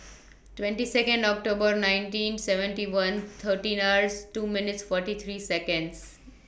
twenty Second October nineteen seventy one thirteen hours two minutes forty three Seconds